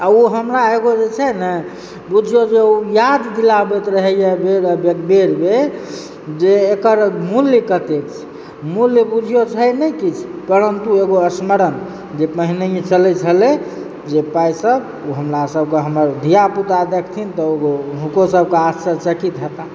आ ओ हमरा एगो जे छै नहि बुझि जाउ जे याद दिलाबैत रहैए बेर बेर जे एकर मूल्य कत्तेक छै मूल्य बुझियौ छै नहि किछु परन्तु एगो स्मरण जे पहिने जे चलै छलै जे पाइ सब ओ हमरा सब के हमर धिया पुता देखथिन तऽ हुनको सभ के आश्चर्यचकित हेताह